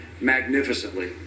magnificently